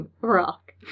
rock